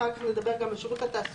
אחר כך נדבר גם על שירות התעסוקה,